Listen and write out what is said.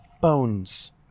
bones